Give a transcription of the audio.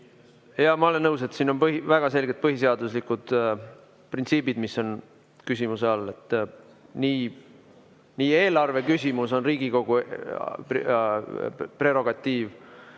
Ma olen nõus, et siin on väga selged põhiseaduslikud printsiibid, mis on küsimuse all. Nii eelarve küsimus on Riigikogu prerogatiiv